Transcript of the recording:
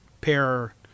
pair